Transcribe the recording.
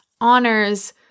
honors